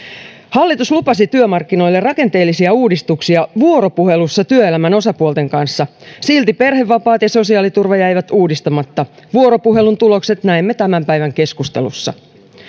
hallitus lupasi työmarkkinoille rakenteellisia uudistuksia vuoropuhelussa työelämän osapuolten kanssa silti perhevapaat ja sosiaaliturva jäivät uudistamatta vuoropuhelun tulokset näemme tämän päivän keskustelussa